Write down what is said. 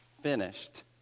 finished